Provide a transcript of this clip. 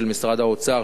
של משרד האוצר,